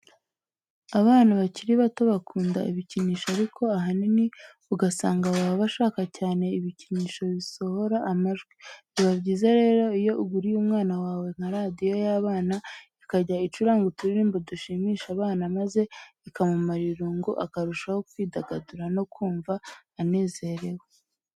Abana bakiri bato bakunda ibikinisho ariko ahanini ugasanga baba bashaka cyane ibikinisho bisohora amajwi. Biba byiza rero iyo uguriye umwana wawe nka radiyo y'abana ikajya icuranga uturirimbo dushimisha abana maze ikamumara irungu akarushaho kwidagadura no kumva anezerewe.